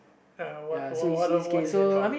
uh what what what is it about